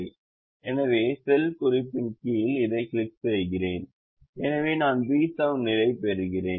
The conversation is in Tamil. எனவே செல் குறிப்பின் கீழ் இதைக் கிளிக் செய்கிறேன் எனவே நான் B7 நிலையைப் பெறுகிறேன்